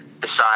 decide